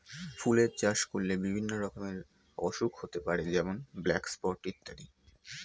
ফুলের চাষ করলে বিভিন্ন রকমের অসুখ হতে পারে যেমন ব্ল্যাক স্পট ইত্যাদি